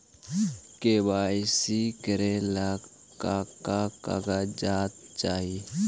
KYC करे ला का का कागजात चाही?